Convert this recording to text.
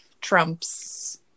Trump's